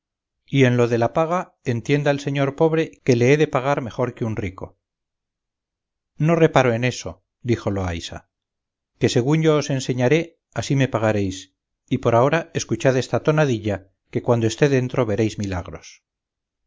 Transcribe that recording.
y en lo de la paga entienda el señor pobre que le he de pagar mejor que un rico no reparo en eso dijo loaysa que según yo os enseñaré así me pagaréis y por ahora escuchad esta tonadilla que cuando esté dentro veréis milagros